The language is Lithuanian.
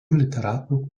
literatų